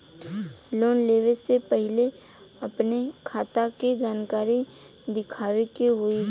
Loan लेवे से पहिले अपने खाता के जानकारी दिखावे के होई?